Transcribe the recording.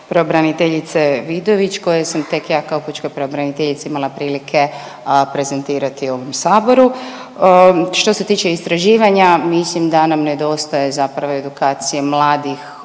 pravobraniteljice Vidović koje sam tek ja kao pučka pravobraniteljica imala prilike prezentirati ovom saboru. Što se tiče istraživanja mislim da nam nedostaje zapravo edukacije mladih o tome